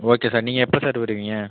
okay sir நீங்கள் எப்போ sir வருவீங்க